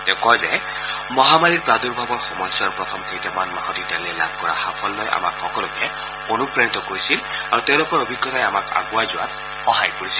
তেওঁ কয় যে মহামাৰীৰ প্ৰাদূৰ্ভাৱৰ সময়ছোৱাৰ প্ৰথম কেইটামান মাহত ইটালীয়ে লাভ কৰা সাফল্যই আমাক সকলোকে অনুপ্ৰাণিত কৰিছিল আৰু তেওঁলোকৰ অভিজ্ঞতাই আমাক আগুৱাই যোৱাত সহায় কৰিছিল